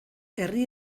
herri